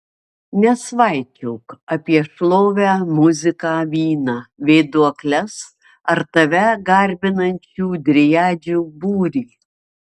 nesvaičiok apie šlovę muziką vyną vėduokles ar tave garbinančių driadžių būrį